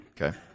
Okay